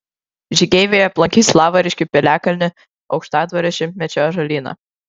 žygeiviai aplankys lavariškių piliakalnį aukštadvario šimtmečio ąžuolyną